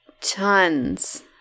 tons